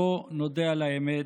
בוא נודה על האמת: